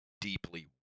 deeply